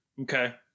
Okay